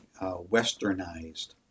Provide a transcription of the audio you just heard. westernized